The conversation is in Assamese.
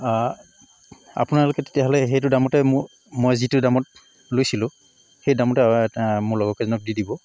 আপোনালোকে তেতিয়াহ'লে সেইটো দামতে মো মই যিটো দামত লৈছিলো সেই দামতে মোৰ লগৰ কেইজনক দি দিব